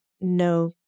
no